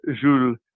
Jules